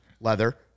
Leather